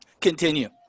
Continue